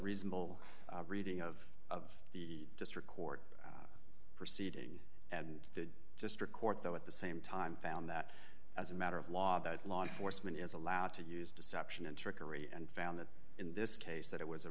reasonable reading of the district court proceeding and the district court though at the same time found that as a matter of law that law enforcement is allowed to use deception and trickery and found that in this case that it was a